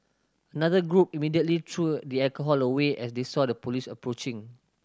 another group immediately threw the alcohol away as they saw the police approaching